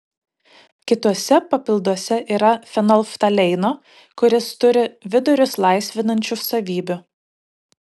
kituose papilduose yra fenolftaleino kuris turi vidurius laisvinančių savybių